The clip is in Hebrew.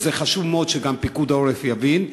וזה חשוב מאוד שגם פיקוד העורף יבין,